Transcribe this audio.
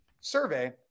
survey